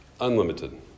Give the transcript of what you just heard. Unlimited